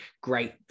great